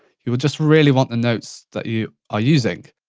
you will just really want the notes that you are using.